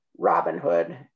Robinhood